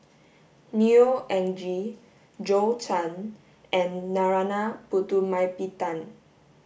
Neo Anngee Zhou Can and Narana Putumaippittan